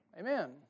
Amen